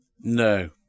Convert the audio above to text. No